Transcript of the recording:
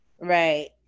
right